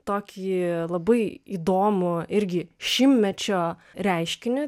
tokį labai įdomų irgi šimtmečio reiškinį